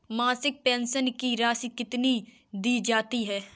मासिक पेंशन की राशि कितनी दी जाती है?